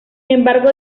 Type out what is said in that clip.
embargo